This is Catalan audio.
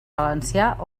valencià